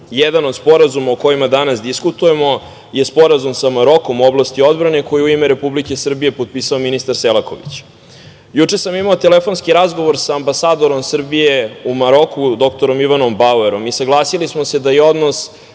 Jedan od sporazuma o kojima danas diskutujemo je Sporazum sa Marokom u oblasti odbrane koji je u ime Republike Srbije potpisao ministar Selaković. Juče sam imao telefonski razgovor sa ambasadorom Srbije u Maroku, dr Ivanom Bauerom i saglasili smo se da je odnos